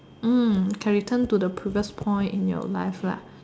can return to a previous point in your life lah